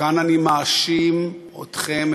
וכאן אני מאשים אתכם,